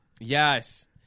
Yes